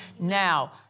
Now